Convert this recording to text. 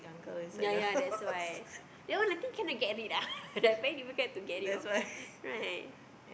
ya ya that's why that I think cannot get rid ah that even tried to get rid of right